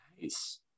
Nice